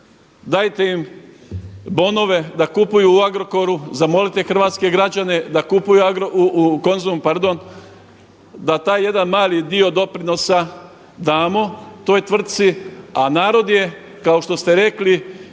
dajte im bonove da kupuju u Agrokoru, zamolite hrvatske građane u Konzumu pardon, da taj jedan mali dio doprinosa damo toj tvrtci. A narod je kao što ste rekli